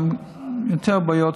גם יותר בעיות,